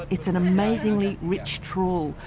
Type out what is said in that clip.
it's an amazingly rich trawl.